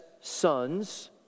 sons